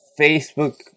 Facebook